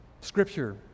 Scripture